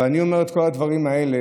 אבל אני אומר את כל הדברים האלה